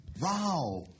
Wow